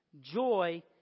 joy